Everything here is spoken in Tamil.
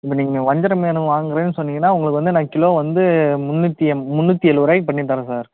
இப்போ நீங்கள் வஞ்சிர மீன் வாங்கிறேன்னு சொன்னிங்கன்னால் உங்களுக்கு வந்து நான் கிலோ வந்து முந்நூற்றி எம் முந்நூற்றி எழுவது ரூபாய்க்கி பண்ணித்தரேன் சார்